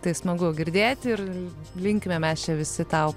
tai smagu girdėti ir linkime mes čia visi tau